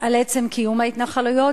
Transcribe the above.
על עצם קיום ההתנחלויות.